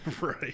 Right